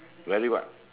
very what